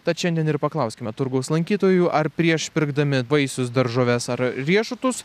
tad šiandien ir paklauskime turgaus lankytojų ar prieš pirkdami vaisius daržoves ar riešutus